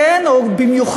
כן או במיוחד